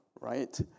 right